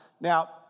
Now